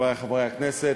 חברי חברי הכנסת,